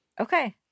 Okay